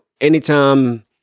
anytime